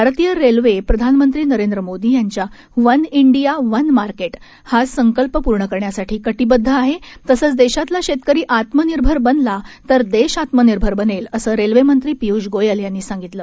भारतीय रेल्वे प्रधानमंत्री नरेंद्र मोदी यांच्या वन डिया वन मार्केट हा संकल्प पूर्ण करण्यासाठी कटिबद्ध आहे तसंच देशातला शेतकरी आत्मनिर्भर बनला तर देश आत्मनिर्भर बनेल असं रेल्वे मंत्री पियुष गोयल यांनी सांगितलं